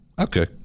Okay